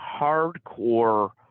hardcore